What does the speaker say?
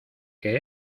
que